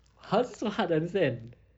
how's it so hard to understand